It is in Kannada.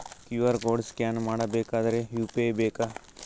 ಕ್ಯೂ.ಆರ್ ಕೋಡ್ ಸ್ಕ್ಯಾನ್ ಮಾಡಬೇಕಾದರೆ ಯು.ಪಿ.ಐ ಬೇಕಾ?